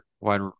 wide